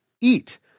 eat